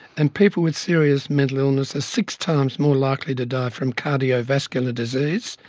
and people with serious mental illness are six times more likely to die from cardiovascular disease,